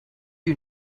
you